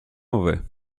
mauvais